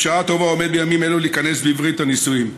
ובשעה טובה עומד בימים אלו להיכנס בברית הנישואים.